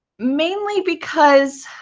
mainly because.